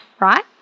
right